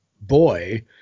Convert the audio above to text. boy